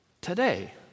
today